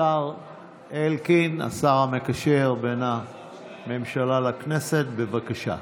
השר אלקין, השר המקשר בין הממשלה לכנסת, בבקשה.